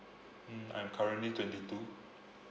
mm I'm currently twenty two